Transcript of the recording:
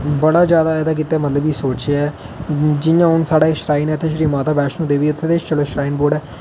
बड़ा ज्यादा इदे गित्तै मतलब कि सोचेआ जि'यां हून साढ़े श्राइन ऐ ते माता बैष्णो देवी उत्थै ते श्राइन बोर्ड ऐ